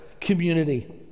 community